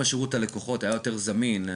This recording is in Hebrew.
אם שירות הלקוחות היה יותר זמין,